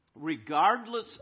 regardless